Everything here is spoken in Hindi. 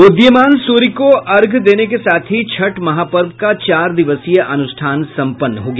उदीयमान सूर्य को अर्घ्य देने के साथ ही छठ महापर्व का चार दिवसीय अनुष्ठान संपन्न हो गया